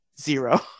zero